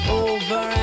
over